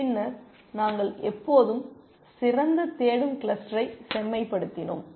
பின்னர் நாங்கள் எப்போதும் சிறந்த தேடும் கிளஸ்டரை செம்மைப்படுத்தினோம்